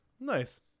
Nice